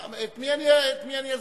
את מי אני אזמין?